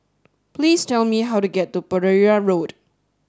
please tell me how to get to Pereira Road